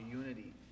unity